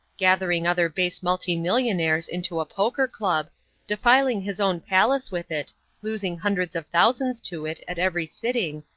gathering other blase multimillionaires into a poker club defiling his own palace with it losing hundreds of thousands to it at every sitting,